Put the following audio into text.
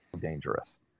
dangerous